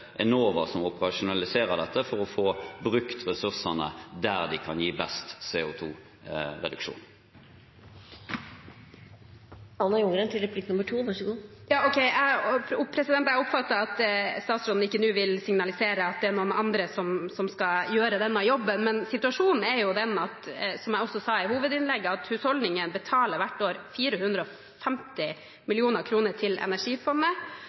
Enova som operasjonaliserer dette, for å få brukt ressursene der de kan gi best CO 2 -reduksjon. Jeg oppfatter det slik at statsråden ikke vil signalisere nå at det er noen andre som skal gjøre denne jobben. Men situasjonen er den – som jeg også sa i hovedinnlegget – at husholdningene betaler hvert år 450 mill. kr til Energifondet.